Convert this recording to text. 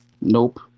nope